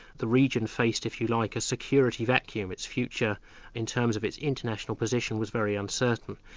the region faced if you like, a security vacuum, its future in terms of its international position was very uncertain.